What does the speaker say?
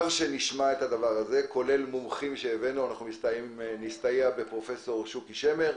אנחנו בוועדה נסתייע בפרופ' שוקי שמר,